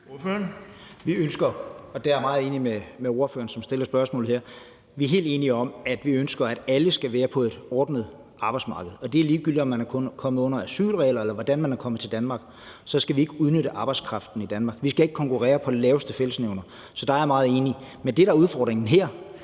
Vi ønsker – der er jeg meget enig med spørgeren – at alle skal være på et ordnet arbejdsmarked. Ligegyldigt om man er kommet under asylregler, eller hvordan man er kommet til Danmark, så skal vi ikke udnytte arbejdskraften i Danmark; så skal vi ikke konkurrere på den laveste fællesnævner. Så der er jeg meget enig. Men det, der er udfordringen her,